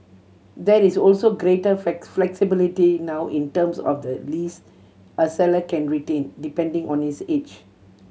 there is also greater flexibility now in terms of the lease a seller can retain depending on his age